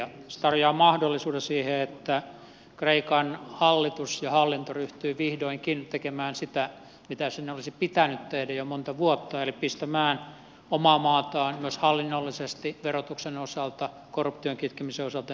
se tarjoaa mahdollisuuden siihen että kreikan hallitus ja hallinto ryhtyvät vihdoinkin tekemään sitä mitä niiden olisi pitänyt tehdä jo monta vuotta eli pistämään omaa maataan myös hallinnollisesti verotuksen osalta korruption kitkemisen osalta ja niin edelleen kuntoon